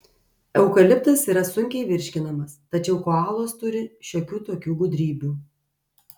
eukaliptas yra sunkiai virškinamas tačiau koalos turi šiokių tokių gudrybių